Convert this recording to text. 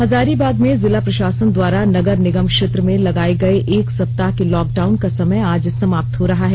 हजारीबाग में जिला प्रशासन द्वारा नगर निगम क्षेत्र में लगाए गए एक सप्ताह के लॉक डाउन का समय आज समाप्त हो रहा है